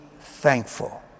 thankful